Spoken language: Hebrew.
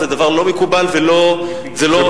זה דבר לא מקובל וזה לא מכם.